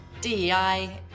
DEI